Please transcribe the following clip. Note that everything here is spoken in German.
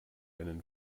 einen